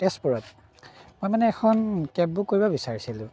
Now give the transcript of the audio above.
তেজপুৰত মই মানে এখন কেব বুক কৰিব বিচাৰিছিলোঁ